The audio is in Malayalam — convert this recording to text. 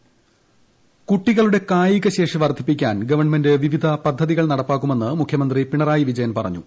കായികം കൂട്ടികളുടെ കായികശേഷി വർധിപ്പിക്കാൻ ഗവൺമെന്റ് വിവിധ പദ്ധതികൾ നടപ്പാക്കുമെന്ന് മുഖ്യമന്ത്രി പിണറായി വിജയൻ പറഞ്ഞു